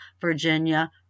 Virginia